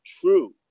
true